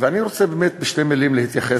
ואני רוצה באמת בשתי מילים להתייחס